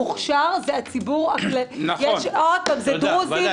המוכש"ר זה הציבור הכללי זה דרוזים,